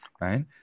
right